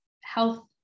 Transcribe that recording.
health